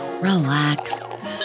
relax